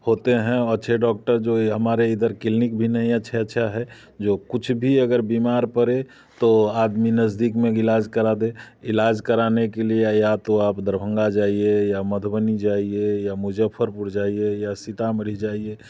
होते हैं अच्छे डॉक्टर जो है हमारे इधर क्लिनिक भी नहीं अच्छा अच्छा है जो कुछ भी अगर बीमार पड़े तो आदमी नजदीक में इलाज करा दे इलाज कराने के लिए या तो आप दरभंगा जाइए या मधुबनी जाइए या मुजफ्फरपुर जाइए या सीतामढ़ी जाइए